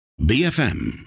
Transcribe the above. BFM